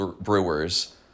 Brewers